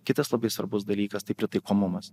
kitas labai svarbus dalykas tai pritaikomumas